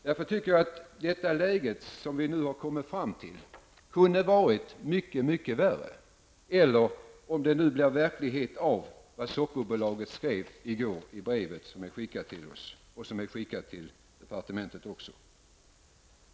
Därför tycker jag att det läge som vi har hamnat i kunde ha varit mycket värre, eller om det nu blir verklighet av det som Sockerbolaget skrev i går i brevet som är skickat till oss och till departementet.